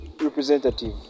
representative